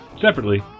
Separately